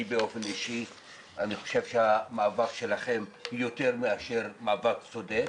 אני חושב שהמאבק שלכם, יותר מאשר הוא צודק,